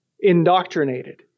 indoctrinated